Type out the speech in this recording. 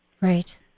Right